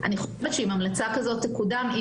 ואני חושבת שאם המלצה כזו תקודם היא